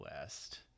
West